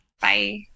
Bye